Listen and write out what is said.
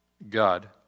God